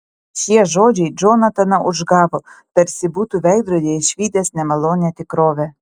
šie žodžiai džonataną užgavo tarsi būtų veidrodyje išvydęs nemalonią tikrovę